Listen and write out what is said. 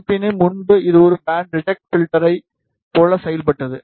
இருப்பினும் முன்பு இது ஒரு பேண்ட் ரிஜெக்ட் பில்டர் யைப் போல செயல்பட்டது